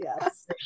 yes